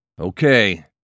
Okay